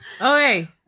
Okay